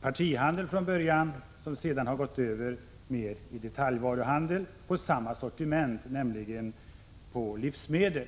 partihandel som sedan har gått över till detaljvaruhandel med samma sortiment, nämligen livsmedel.